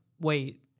wait